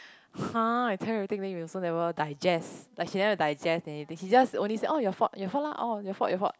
!huh! I tell you the thing then you also never digest like she never digest anything she just only say oh your fault your fault lah oh your fault your fault